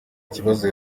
kibazo